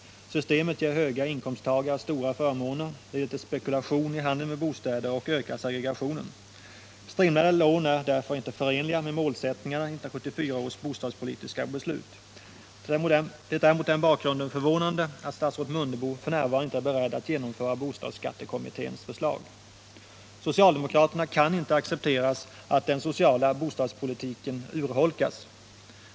Systemet ger höga inkomsttagare stora förmåner, leder till spekulation i handeln med bostäder och ökar segregationen. Strimlade lån är därför inte förenliga med målsättningarna i 1974 års bostadspolitiska beslut. Det är mot den bakgrunden förvånande att statsrådet Mundebo f.n. inte är beredd att genomföra bostadsskattekommitténs förslag. Socialdemokraterna kan inte acceptera att den sociala bostadspolitiken urholkas.